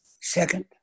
second